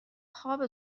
خوابه